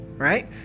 Right